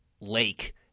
lake